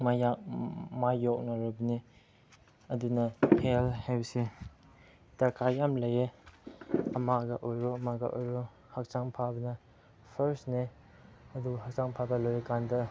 ꯃꯥꯏꯌꯣꯛꯅꯔꯕꯅꯤ ꯑꯗꯨꯅ ꯍꯦꯜꯠ ꯍꯥꯏꯕꯁꯦ ꯗꯔꯀꯥꯔ ꯌꯥꯝ ꯂꯩꯌꯦ ꯑꯃꯗ ꯑꯣꯏꯔꯣ ꯑꯃꯗ ꯑꯣꯏꯔꯣ ꯍꯛꯆꯥꯡ ꯐꯕꯅ ꯐꯥꯔꯁꯅꯦ ꯑꯗꯨꯒ ꯍꯛꯆꯥꯡ ꯐꯥꯕ ꯂꯣꯏꯔ ꯀꯥꯟꯗ